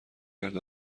کرد